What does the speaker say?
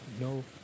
no